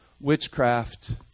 witchcraft